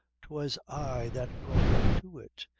twas i that brought her to it,